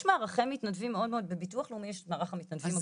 יש בביטוח לאומי יש מערכי מתנדבים מאוד מאוד גדולים.